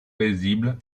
paisible